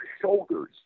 shoulders